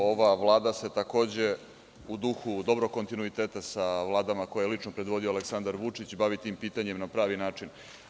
Ova Vlada se, takođe, u duhu dobrog kontinuiteta sa vladama koje je lično predvodi Aleksandar Vučić, bavi tim pitanjem na pravi način.